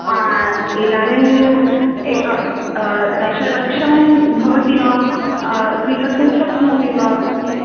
हा इदानीम् एकम् दशलक्षं भवति वा स्वीकर्तुं शक्नोमि वा इति